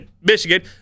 Michigan